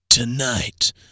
Tonight